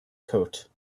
coat